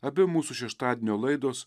abi mūsų šeštadienio laidos